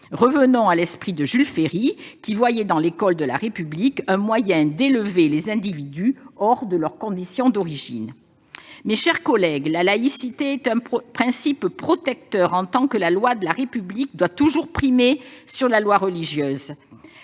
Revenons à l'esprit de Jules Ferry, qui voyait dans l'école de la République un moyen d'élever les individus hors de leur condition d'origine. Mes chers collègues, la laïcité est un principe protecteur, la loi de la République devant toujours primer sur la loi religieuse,